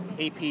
AP